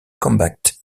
combat